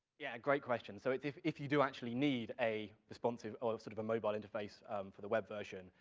yeah, great question. so it's if, if you do actually need a responsive ol, sort of a mobile interface for the web version,